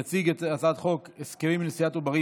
יציג את הצעת החוק הסכמים לנשיאת עוברים